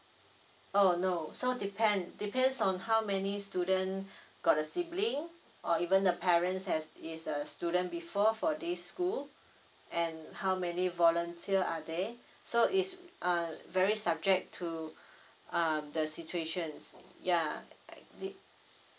oh no so depend depends on how many students got a sibling or even the parents has is a student before for this school and how many volunteer are there so is uh very subject to um the situations yeah